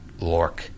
Lork